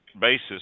basis